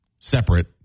Separate